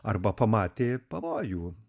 arba pamatė pavojų